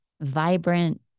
vibrant